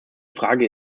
frage